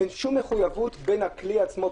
אין שום מחויבות בין הכלי עצמו,